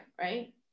right